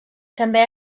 també